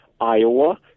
Iowa